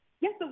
Yes